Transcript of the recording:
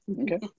Okay